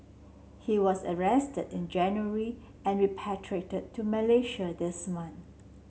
he was arrested in January and repatriated to Malaysia this month